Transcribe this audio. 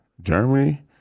Germany